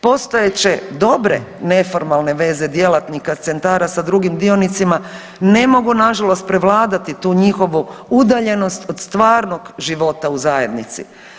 Postojeće dobre neformalne veze djelatnika centara sa drugim dionicima ne mogu nažalost prevladati tu njihovu udaljenost od stvarnog života u zajednici.